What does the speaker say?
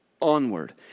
onward